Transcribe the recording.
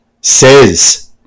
says